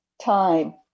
time